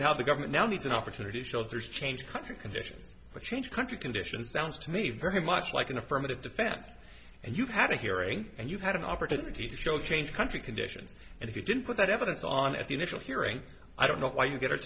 now the government now it's an opportunity shelters change country conditions but change country conditions sounds to me very much like an affirmative defense and you have a theory and you had an opportunity to show change country conditions and if you didn't put that evidence on at the initial hearing i don't know why you get